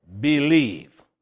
believe